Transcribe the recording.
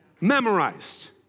Memorized